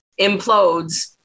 implodes